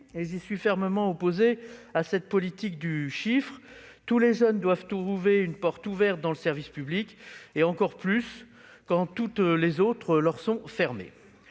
que je suis fermement opposé à cette politique du chiffre : tous les jeunes doivent trouver une porte ouverte dans le service public, à plus forte raison quand toutes les autres leur sont fermées.